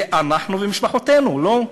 זה אנחנו ומשפחותינו, לא?